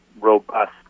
robust